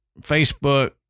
Facebook